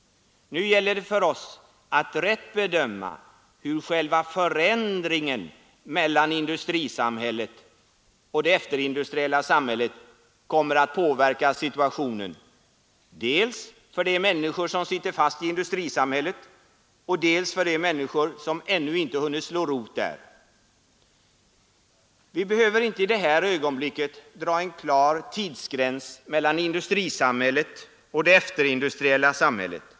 Nu gäller det för oss att rätt bedöma hur själva förändringen mellan industrisam hället och det efterindustriella samhället kommer att påverka situationen, dels för de människor som sitter fast i industrisamhället och dels för de människor som ännu inte hunnit slå rot där. Vi behöver inte i det här ögonblicket dra en klar tidsgräns mellan industrisamhället och det efterindustriella samhället.